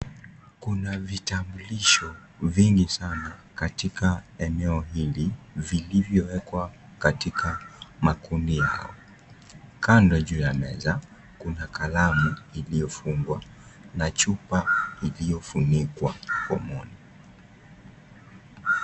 Kuna vitambulisho vingi sana katika eneo hili vilivyowekwa katika makundi mengi, kando juu ya meza kuna kalamu iliyofungwa na chupa iliyofunikwa pomoni.